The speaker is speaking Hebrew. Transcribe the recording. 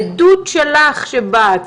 העדות שלך שבאת,